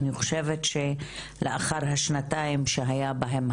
אני חושבת שלאחר השנתיים שהיה בהן,